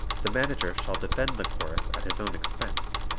the manager shall defend the chorus at his own expense,